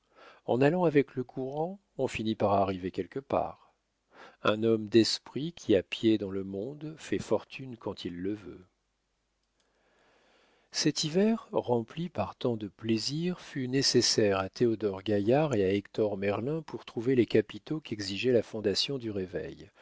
en allant avec le courant on finit par arriver quelque part un homme d'esprit qui a pied dans le monde fait fortune quand il le veut cet hiver rempli par tant de plaisirs fut nécessaire à théodore gaillard et à hector merlin pour trouver les capitaux qu'exigeait la fondation du réveil